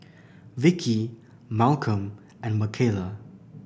Vicki Malcom and Michaela